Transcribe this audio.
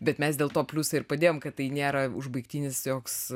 bet mes dėl to pliusą ir padėjom kad tai nėra užbaigtinis joks